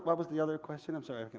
but was the other question? i'm sorry, i